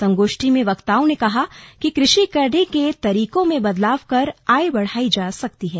संगोष्ठी में वक्ताओं ने कहा कि कृषि करने के तरीकों में बदलाव कर आय बढ़ाई जा सकती है